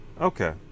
Okay